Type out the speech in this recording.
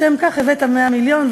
לשם כך הבאת 100 מיליון,